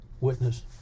witness